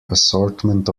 assortment